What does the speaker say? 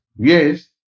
Yes